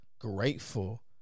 Grateful